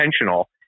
intentional